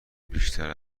بیشتر